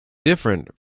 different